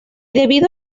debido